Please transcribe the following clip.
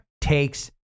takes